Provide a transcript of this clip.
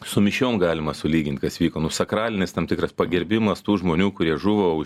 su mišiom galima sulyginti kas vyko nu sakralinis tam tikras pagerbimas tų žmonių kurie žuvo už